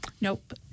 Nope